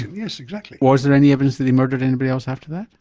yes exactly. was there any evidence that he murdered anybody else after that?